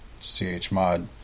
chmod